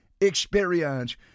experience